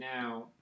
now